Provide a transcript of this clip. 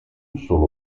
solo